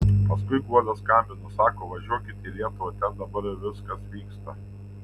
paskui guoda skambino sako važiuokit į lietuvą ten dabar viskas vyksta